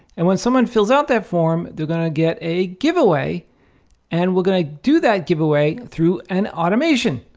and when someone fills out that form, they're going to get a giveaway and we're going to do that giveaway through an automation.